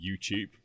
YouTube